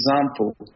example